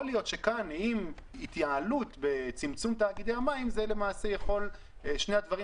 יכול להיות שעם התייעלות בצמצום תאגידי המים שני הדברים